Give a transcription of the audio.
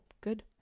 good